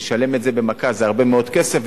לשלם את זה במכה זה הרבה מאוד כסף.